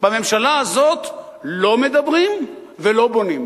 בממשלה הזאת לא מדברים ולא בונים.